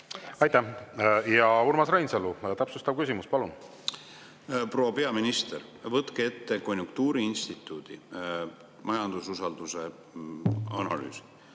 Aitäh! Urmas Reinsalu, täpsustav küsimus, palun! Proua peaminister, võtke ette konjunktuuriinstituudi majandususalduse analüüs.